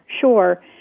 sure